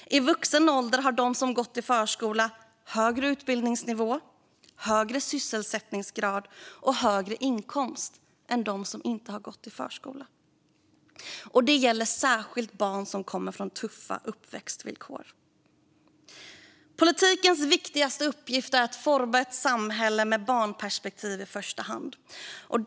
I vuxen ålder har de som gått i förskola högre utbildningsnivå, högre sysselsättningsgrad och högre inkomst än de som inte gått i förskola. Det gäller särskilt barn som kommer från tuffa uppväxtvillkor. Politikens viktigaste uppgift är att forma ett samhälle med i första hand ett barnperspektiv.